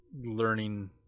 learning